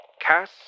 Cass